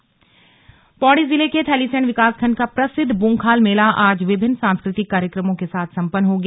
slug Bunkhal मेला पौड़ी जिले के थलीसैंण विकासखण्ड का प्रसिद्ध बूंखाल मेला आज विभिन्न सांस्कृतिक कार्यक्रमों के साथ सम्पन्न हो गया